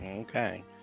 Okay